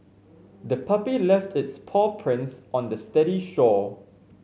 the puppy left its paw prints on the steady shore